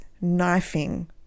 knifing